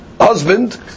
husband